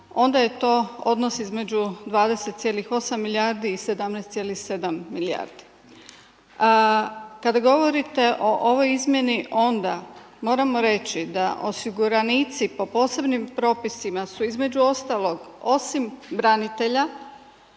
onda je to odnos između 20,8 milijardi i 17,7 milijardi. Kada govorite o ovoj izmjeni onda moramo reći da osiguranici po posebnim propisima su između ostalog osim branitelja